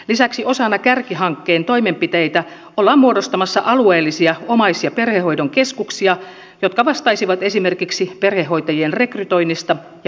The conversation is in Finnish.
lisäksi osana kärkihankkeen toimenpiteitä ollaan muodostamassa alueellisia omais ja perhehoidon keskuksia jotka vastaisivat esimerkiksi perhehoitajien rekrytoinnista ja valmentamisesta